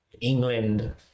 England